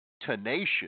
tenacious